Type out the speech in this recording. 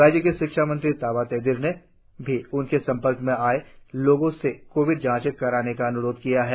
राज्य के शिक्षा मंत्री ताबा तेदिर ने भी उनके सपर्क में आए लोगो से कोविड जांच कराने का अनुरोध किया है